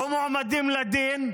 לא מועמדים לדין,